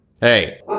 Hey